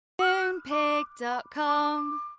Moonpig.com